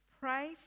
pray